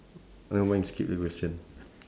nevermind skip the question